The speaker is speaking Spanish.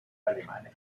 alemanes